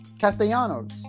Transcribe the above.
Castellanos